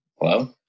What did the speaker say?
Hello